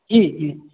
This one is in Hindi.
जी जी